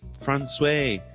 francois